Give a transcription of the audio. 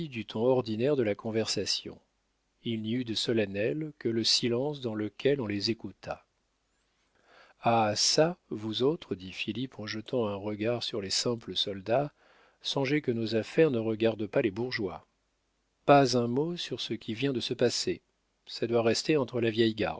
ton ordinaire de la conversation il n'y eut de solennel que le silence dans lequel on les écouta ah çà vous autres dit philippe en jetant un regard sur les simples soldats songez que nos affaires ne regardent pas les bourgeois pas un mot sur ce qui vient de se passer ça doit rester entre la vieille garde